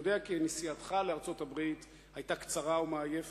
אני יודע כי נסיעתך לארצות-הברית היתה קצרה ומעייפת,